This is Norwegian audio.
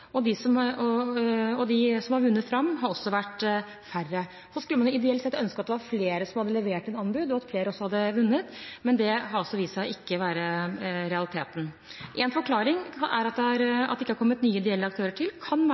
og færre har vunnet fram. Man skulle ideelt sett ønsket at det var flere som hadde levert inn anbud, og at flere hadde vunnet, men det har vist seg ikke å være realiteten. En forklaring på at det ikke har kommet nye delaktører til, kan